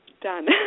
done